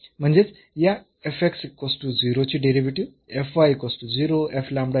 म्हणजेच या चे डेरिव्हेटिव्ह